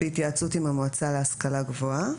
בהתייעצות עם המועצה להשכלה גבוהה,